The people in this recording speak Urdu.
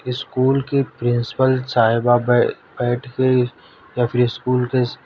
اسکول کے پرنسپل صاحبہ بیٹھ کے یا پھر اسکول کے